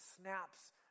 snaps